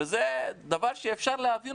וזה דבר שאפשר להבין,